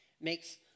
makes